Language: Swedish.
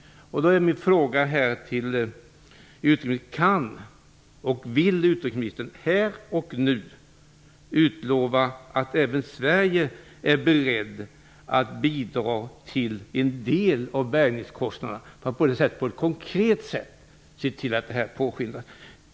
Min fråga till utrikesministern är: Kan och vill utrikesministern här och nu utlova att även Sverige är berett att bidra till en del av bärgningskostnaderna för att på ett konkret sätt se till att saken påskyndas?